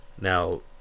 Now